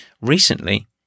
recently